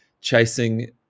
chasing